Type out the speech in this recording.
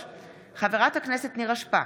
חברת הכנסת נירה שפק,